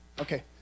Okay